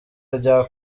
rya